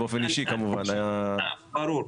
ברור.